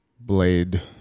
blade